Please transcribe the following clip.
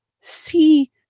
see